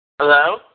Hello